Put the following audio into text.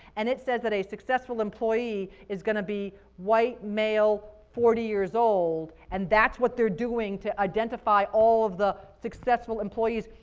and it says that a successful employee is going to white, male, forty years old, and that's what they're doing to identify all of the successful employees,